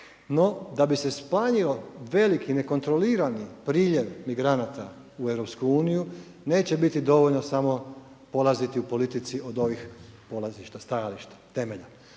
No, da bi se smanjio veliki nekontrolirani priljev migranata u EU neće biti dovoljno samo polaziti u politici od ovih polazišta, stajališta, temelja.